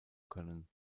können